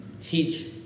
Teach